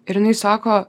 ir jinai sako